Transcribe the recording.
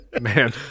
Man